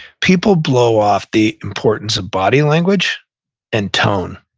people blow off the importance of body language and tone.